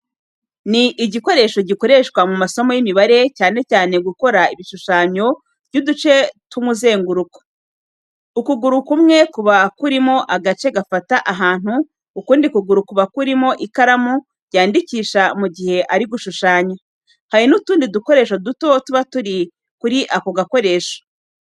Ni igikoresho gikoreshwa mu masomo y'imibare cyane cyane mu gukora ibishushanyo by’uduce tw’umuzenguruko. Ukuguru kumwe kuba kurimo agace gafata ahantu, ukundi kuguru kuba kurimo ikaramu yandikisha mu gihe ari gushushanya. Hari n’utundi dukoresho duto tuba turi kuri ako gakoresho.